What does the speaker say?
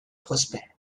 prospères